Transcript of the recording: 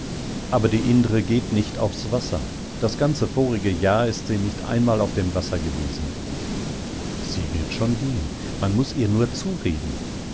aber die indre geht nicht aufs wasser das ganze vorige jahr ist sie nicht einmal auf dem wasser gewesen sie wird schon gehen man muß ihr nur zureden